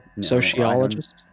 sociologist